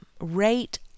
rate